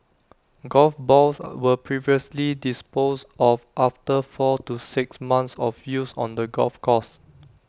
golf balls were previously disposed of after four to six months of use on the golf course